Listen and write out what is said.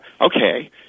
Okay